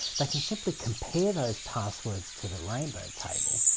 they can simply compare those passwords to the rainbow table.